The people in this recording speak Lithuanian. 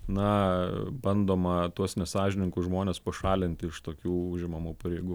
na bandoma tuos nesąžiningus žmones pašalinti iš tokių užimamų pareigų